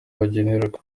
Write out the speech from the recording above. bagenerwa